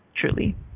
truly